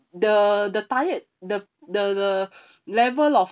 the the tired the the the level of